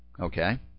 Okay